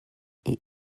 est